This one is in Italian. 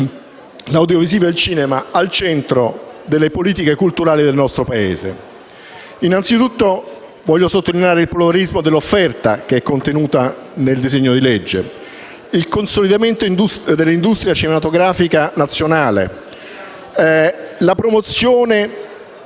l'audiovisivo e il cinema al centro delle politiche culturali del nostro Paese. Innanzitutto, voglio sottolineare il pluralismo dell'offerta contenuta nel disegno di legge; il consolidamento dell'industria cinematografica nazionale; la promozione